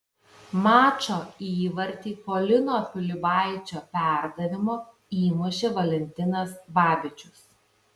mačo įvartį po lino pilibaičio perdavimo įmušė valentinas babičius